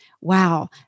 wow